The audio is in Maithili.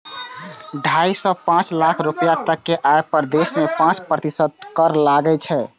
ढाइ सं पांच लाख रुपैया तक के आय पर देश मे पांच प्रतिशत कर लागै छै